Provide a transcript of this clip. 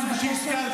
אני מבקשת.